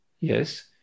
Yes